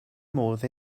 modd